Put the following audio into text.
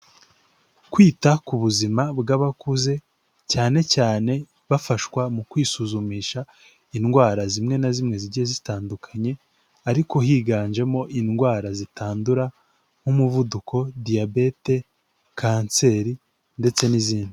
Kwita ku buzima bw'abakuze cyane cyane bafashwa mu kwisuzumisha indwara zimwe na zimwe zigiye zitandukanye, ariko higanjemo indwara zitandura nk'umuvuduko, Diyabete, kanseri ndetse n'izindi.